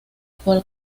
cual